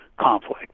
conflict